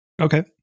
Okay